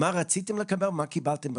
מה רציתם לקבל ומה קיבלתם בסוף?